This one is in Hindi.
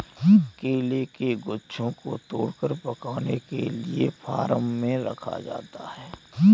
केले के गुच्छों को तोड़कर पकाने के लिए फार्म में रखा जाता है